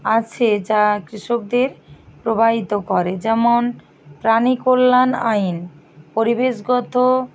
আছে যা কৃষকদের প্রভাবিত করে যেমন প্রাণীকল্যাণ আইন পরিবেশগত